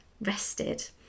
rested